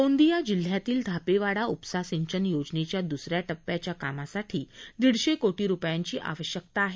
गोंदिया जिल्ह्यातील धापेवाडा उपसा सिंचन योजनेच्या द्स या टप्प्याच्या कामासाठी दीडशे कोटी रुपयांची आवश्यकता आहे